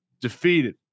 defeated